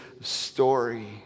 story